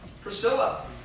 Priscilla